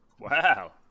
Wow